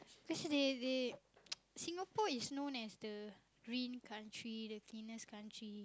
specially they they Singapore is known as the green country the cleanest country